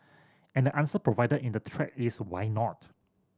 and answer provided in the thread is why not